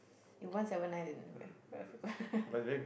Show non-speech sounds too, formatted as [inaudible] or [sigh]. if one seven nine then very very frequent [laughs]